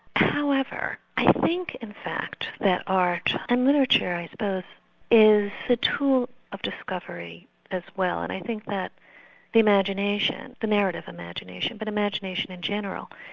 however, i think in fact that art, and literature, i suppose, is the tool of discovery as well, and i think that the imagination, the merit of imagination, but imagination in general,